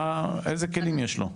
איזה כלים יש לו?